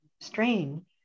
strain